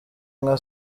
nka